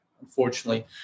unfortunately